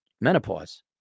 menopause